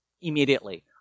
immediately